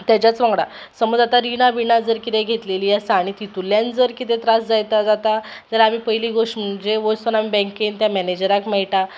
तेज्याच वांगडा समज जर आतां रिणां बिणां जर कितेंय घेतलेलीं आसा आनी तितूंतल्यान जर कितें त्रास जायता जाता जाल्यार आमी पयलीं गोश्ट म्हणजे वचोन आमी बँकेन त्या मॅनेजराक मेयटा